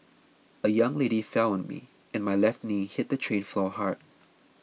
a young lady fell on me and my left knee hit the train floor hard